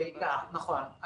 נכון.